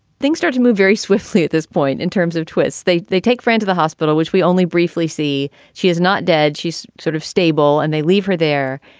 things start to move very swiftly at this point in terms of twists. they they take friend to the hospital, which we only briefly see. she is not dead. she's sort of stable and they leave her there.